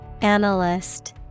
Analyst